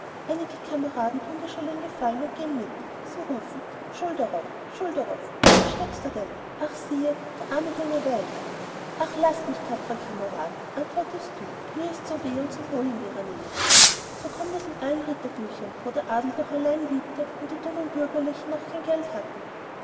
einige kameraden tun dir schon den gefallen und gehen mit sie rufen schulderoff schulderoff wo steckst du denn ach siehe der arme junge weint ach laßt mich tapfere kameraden antwortest du mir ist so weh und so wohl in ihrer nähe so kommt es in allen ritterbüchern wo der adel noch allein liebte und die dummen bürgerlichen noch kein geld hatten